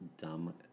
dumb